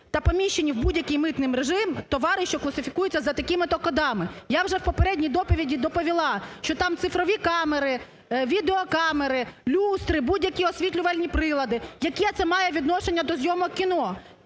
та поміщені в будь-який митний режим товари, що класифікуються за такими-то кодами. Я вже в попередній доповіді доповіла, що там цифрові камери, відеокамери, люстри, будь-які освітлювальні прилади, яке це має відношення до зйомок кіно?